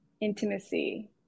intimacy